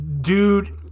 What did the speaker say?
dude